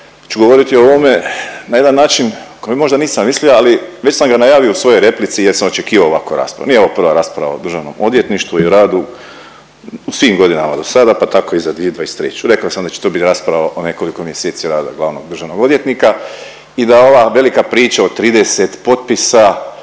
ću govoriti o ovome na jedan način koji možda nisam mislio, ali već sam ga najavio u svojoj replici jer sam očekivao ovakvu raspravu, nije ovo prva rasprava o državnom odvjetništvu i radu u svim godinama dosada, pa tako i za 2023., rekao sam da će to bit rasprava o nekoliko mjeseci rada glavnog državnog odvjetnika i da ova velika priča od 30 potpisa